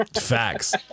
Facts